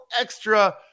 extra